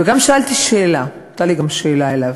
וגם שאלתי שאלה, הייתה לי גם שאלה אליו: